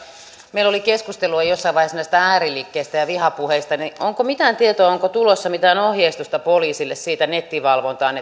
meillä oli keskustelua jossain vaiheessa näistä ääriliikkeistä ja vihapuheista niin onko mitään tietoa onko tulossa mitään ohjeistusta poliisille nettivalvontaan